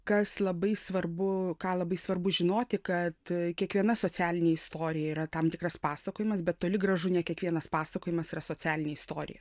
kas labai svarbu ką labai svarbu žinoti kad kiekviena socialinė istorija yra tam tikras pasakojimas bet toli gražu ne kiekvienas pasakojimas yra socialinė istorija